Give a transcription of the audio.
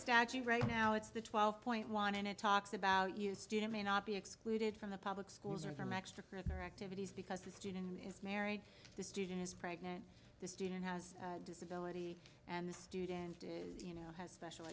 statute right now it's the twelve point one and it talks about you student may not be excluded from the public schools or from extracurricular activities because the student is married the student is pregnant the student has disability and the student do you know